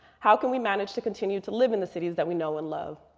how can we manage to continue to live in the cities that we know and love?